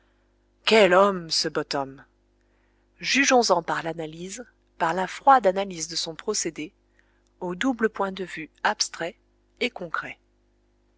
quel homme ce bottom jugeons en par l'analyse par la froide analyse de son procédé au double point de vue abstrait et concret